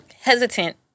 hesitant